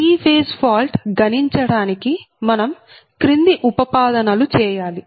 three phase fault గణించటానికి మనం క్రింది ఉపపాదనలు చేయాలి